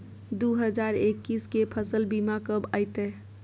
दु हजार एक्कीस के फसल बीमा कब अयतै?